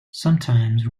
sometimes